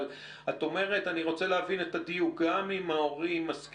אבל מנסה להבין את הדיוק: את אומרת שגם אם ההורים מסכימים,